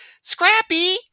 Scrappy